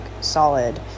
solid